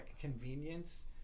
convenience